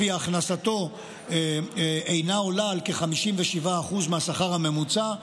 שלפיה הכנסתו אינה עולה על כ-57% מהשכר הממוצע.